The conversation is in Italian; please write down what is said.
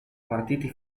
partiti